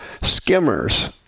skimmers